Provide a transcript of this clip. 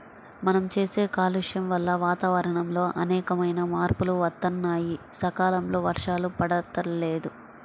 మనం చేసే కాలుష్యం వల్ల వాతావరణంలో అనేకమైన మార్పులు వత్తన్నాయి, సకాలంలో వర్షాలు పడతల్లేదు